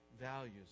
values